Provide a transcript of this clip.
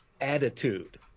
attitude